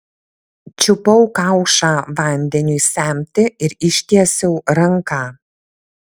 čiupau kaušą vandeniui semti ir ištiesiau ranką